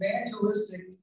evangelistic